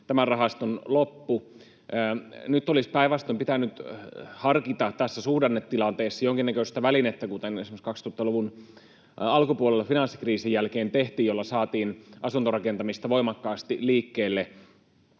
tämän rahaston loppu. Nyt olisi päinvastoin pitänyt harkita tässä suhdannetilanteessa jonkinnäköistä välinettä, kuten esimerkiksi 2000-luvun alkupuolella finanssikriisin jälkeen tehtiin, jolla saatiin asuntorakentamista voimakkaasti liikkeelle.